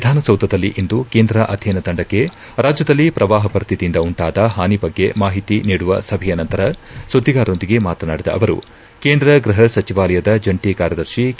ವಿಧಾನಸೌಧದಲ್ಲಿಂದು ಕೇಂದ್ರ ಅಧ್ಯಯನ ತಂಡಕ್ಕೆ ರಾಜ್ಯದಲ್ಲಿ ಪ್ರವಾಹ ಪರಿಸ್ತಿತಿಯಿಂದ ಉಂಟಾದ ಹಾನಿ ಬಗ್ಗೆ ಮಾಹಿತಿ ನೀಡುವ ಸಭೆಯ ನಂತರ ಸುದ್ದಿಗಾರರೊಂದಿಗೆ ಮಾತನಾಡಿದ ಅವರು ಕೇಂದ್ರ ಗೃಹ ಸಚಿವಾಲಯದ ಜಂಟಿ ಕಾರ್ಯದರ್ಶಿ ಕೆ